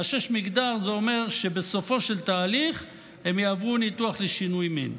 מאשש מגדר זה אומר שבסופו של התהליך הם יעברו ניתוח לשינוי מין.